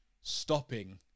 stopping